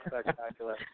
spectacular